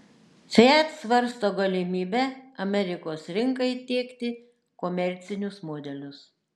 fiat svarsto galimybę amerikos rinkai tiekti komercinius modelius